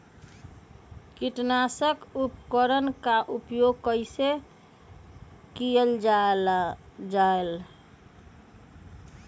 किटनाशक उपकरन का प्रयोग कइसे कियल जाल?